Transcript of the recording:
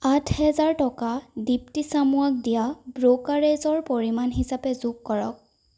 আঠ হেজাৰ টকা দীপ্তি চামুৱাক দিয়া ব্ৰ'কাৰেজৰ পৰিমাণ হিচাপে যোগ কৰক